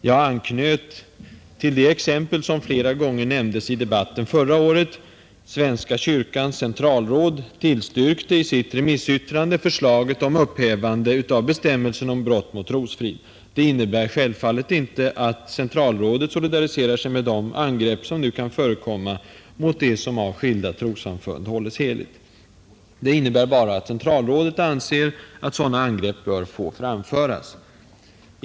Jag anknöt till det exempel som flera gånger nämndes i debatten förra året, nämligen att Svenska kyrkans centralråd i sitt remissyttrande tillstyrkte förslaget om upphävande av bestämmelsen om brott mot trosfrid. Det innebär självfallet inte att centralrådet solidariserar sig med de angrepp som nu kan förekomma mot det som av skilda trossamfund hålles heligt. Det innebär bara att centralrådet anser att sådana angrepp bör få framföras.